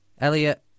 Elliot